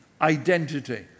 identity